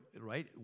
right